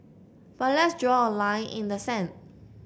but let's draw a line in the sand